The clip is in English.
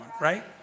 right